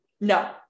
no